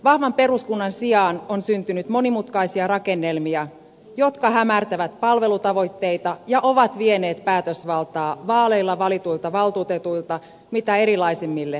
vahvan peruskunnan sijaan on syntynyt monimutkaisia rakennelmia jotka hämärtävät palvelutavoitteita ja ovat vieneet päätösvaltaa vaaleilla valituilta valtuutetuilta mitä erilaisimmille yhteenliittymille